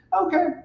Okay